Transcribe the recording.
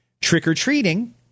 Trick-or-treating